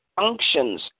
functions